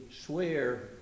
swear